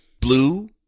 Blue